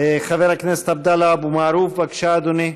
חבר הכנסת עבדאללה אבו מערוף, בבקשה, אדוני.